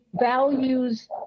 values